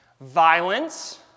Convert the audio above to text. violence